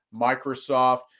Microsoft